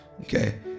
Okay